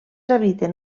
habiten